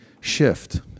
shift